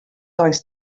does